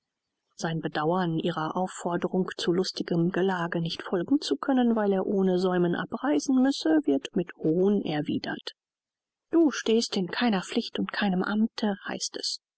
sein bedauern ihrer aufforderung zu lustigem gelage nicht folgen zu können weil er ohne säumen abreisen müsse wird mit hohn erwidert du stehst in keiner pflicht und keinem amte heißt es